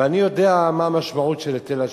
ואני יודע מה המשמעות של היטל השבחה.